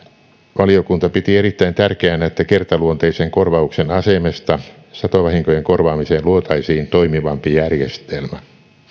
valiokunta piti erittäin tärkeänä että kertaluonteisen korvauksen asemesta satovahinkojen korvaamiseen luotaisiin toimivampi järjestelmä